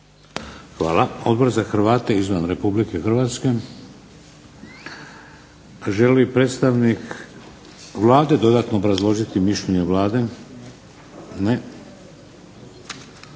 Hvala. Odbor za Hrvate izvan RH? Želi li predstavnik Vlade dodatno obrazložiti mišljenje Vlade? Ne.